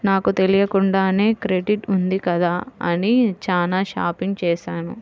నాకు తెలియకుండానే క్రెడిట్ ఉంది కదా అని చానా షాపింగ్ చేశాను